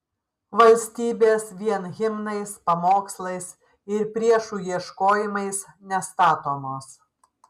valstybės vien himnais pamokslais ir priešų ieškojimais nestatomos